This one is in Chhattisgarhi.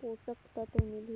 पोषक तत्व मिलही?